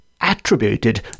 attributed